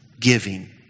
giving